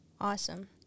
Awesome